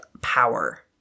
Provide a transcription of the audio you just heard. power